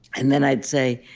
and then i'd say,